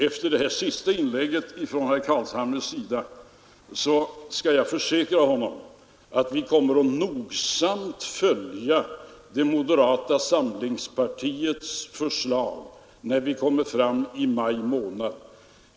Efter herr Carlshamres senaste inlägg skall jag försäkra honom att vi kommer att nogsamt följa det moderata samlingspartiets förslag framme i maj månad.